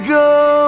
go